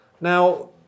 Now